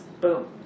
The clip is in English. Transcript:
Boom